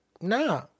Nah